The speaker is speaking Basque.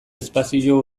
espazio